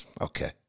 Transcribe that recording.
Okay